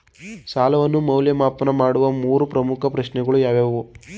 ಸಾಲವನ್ನು ಮೌಲ್ಯಮಾಪನ ಮಾಡುವ ಮೂರು ಪ್ರಮುಖ ಪ್ರಶ್ನೆಗಳು ಯಾವುವು?